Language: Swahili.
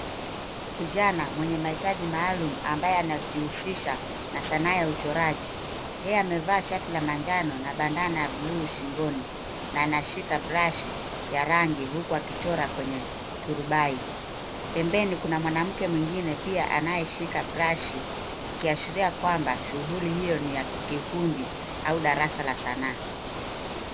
Kijana mwenye mahitaji maalum ambaye anajihusisha na sanaa ya uchoraji yeye amevaa shati la manjano na bandana na buluu shingoni na anashika brashi ya rangi huku akichora kwenye turubai ,pembeni kuna mwanamke mwingine pia anayeshika brashi ikiashiria kwamba shughuli hiyo ni ya kikundi au darasa la sanaa.